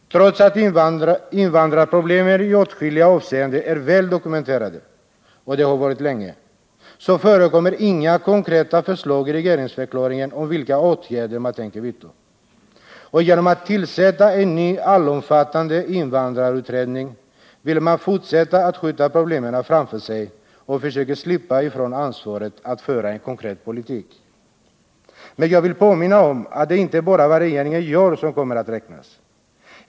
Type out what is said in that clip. Trots att invandrarproblemen i åtskilliga avseenden är — och länge har varit — väl dokumenterade förekommer inga konkreta förslag i regeringsförklaringen om vilka åtgärder man tänker vidta. Genom att tillsätta en ny allomfattande invandrarutredning fortsätter man att skjuta problemen framför sig. Man försöker slippa ifrån ansvaret att föra en konkret politik. Men jag vill påminna om att det inte bara är det som regeringen gör som kommer att räknas.